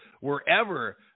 wherever